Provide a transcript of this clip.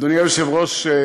אדוני היושב-ראש,